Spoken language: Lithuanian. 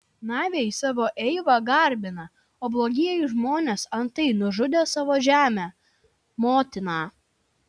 naviai savo eivą garbina o blogieji žmonės antai nužudė savo žemę motiną